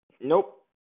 Nope